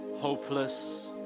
hopeless